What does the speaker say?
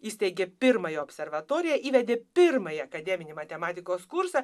įsteigė pirmąją observatoriją įvedė pirmąjį akademinį matematikos kursą